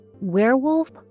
werewolf